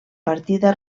partida